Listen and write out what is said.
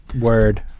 Word